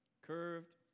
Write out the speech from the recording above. Curved